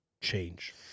change